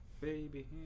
baby